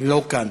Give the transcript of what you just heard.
לא כאן.